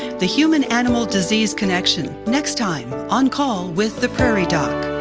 the human animal disease connection next time on call with the prairie doc.